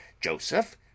Joseph